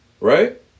right